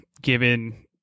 given